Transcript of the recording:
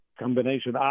combination